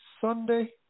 Sunday